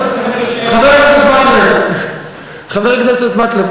חבר הכנסת מקלב,